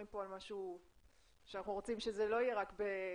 פה על משהו שאנחנו רוצים שלא יהיה רק במודל